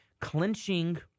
clinching